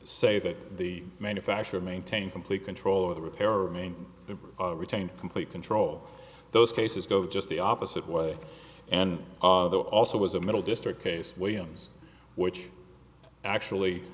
say that the manufacturer maintain complete control over the repair or mean to retain complete control those cases go just the opposite way and of the also was a middle district case williams which actually